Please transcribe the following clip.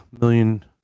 million